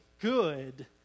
good